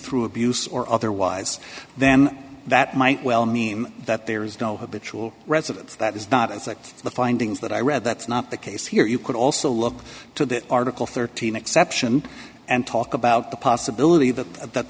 through abuse or otherwise then that might well mean that there is no habitual residence that it's not as like the findings that i read that's not the case here you could also look to that article thirteen exception and talk about the possibility that that